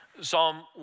Psalm